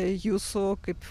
jūsų kaip